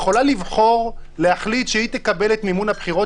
היא יכולה להחליט שהיא תקבל את מימון הבחירות